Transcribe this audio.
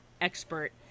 expert